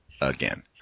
again